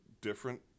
different